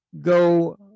go